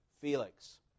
Felix